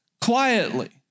quietly